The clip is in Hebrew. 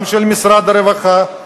גם של משרד הרווחה.